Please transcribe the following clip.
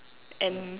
and